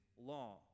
law